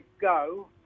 go